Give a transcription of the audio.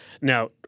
now